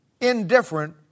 indifferent